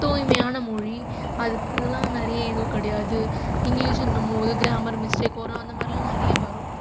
தூய்மையான மொழி அதுக்கெல்லாம் நிறைய எதுவும் கிடையாது இங்கிலீஷுன்னும் போது க்ராமர் மிஸ்டேக் வரும் அந்தமாதிரில்லாம் நிறைய வரும்